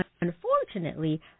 unfortunately